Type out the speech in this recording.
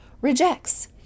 rejects